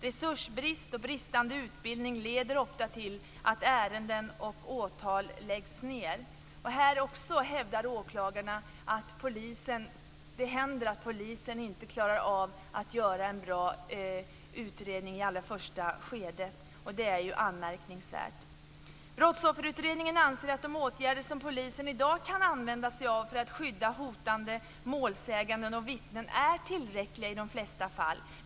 Resursbrist och bristande utbildning leder ofta till att ärenden och åtal läggs ned. Här hävdar också åklagarna att det händer att polisen inte klarar av att göra en bra utredning i det allra första skedet. Det är anmärkningsvärt. Brottsofferutredningen anser att de åtgärder som polisen i dag kan använda sig av för att skydda hotade målsägande och vittnen är tillräckliga i de flesta fall.